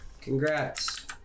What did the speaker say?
Congrats